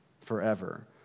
forever